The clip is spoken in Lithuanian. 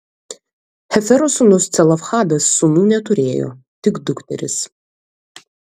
hefero sūnus celofhadas sūnų neturėjo tik dukteris